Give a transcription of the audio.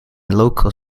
local